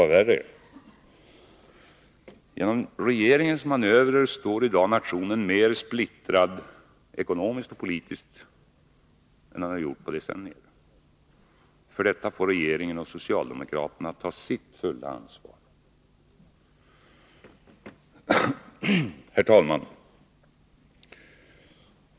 Vad värre är: Genom regeringens manövrer står nationen i dag mer splittrad ekonomiskt och politiskt än den har gjort på decennier. För detta får regeringen och socialdemokraterna ta sitt fulla ansvar. Herr talman!